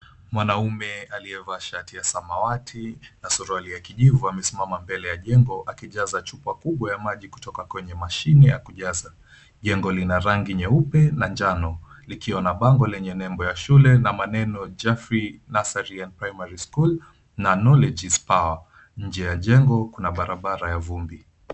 Mwanaume aliyevaa shati ya samawati na suruali ya kijivu, amesimama mbele ya jengo akijaza chupa kubwa ya maji kutoka kwenye mashine ya kujaza. Jengo lina rangi nyeupe na njano, likiwa na bango lenye nembo ya shule na maneno: Jeffri Nursery and Primary School na Knowledge is power . Nje ya jengo kuna barabara ya vumbi.